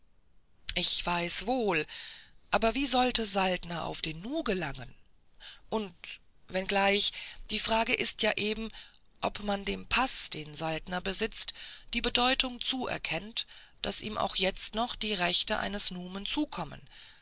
ich weiß wohl aber wie sollte saltner auf den nu gelangen und wenngleich die frage ist ja eben ob man dem paß den saltner besitzt die bedeutung zuerkennt daß ihm auch jetzt noch die rechte eines numen zukommen